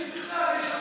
הכביש בכלל, יש,